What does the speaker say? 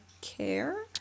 care